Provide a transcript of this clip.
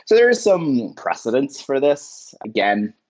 so there is some precedence for this. again,